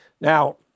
Now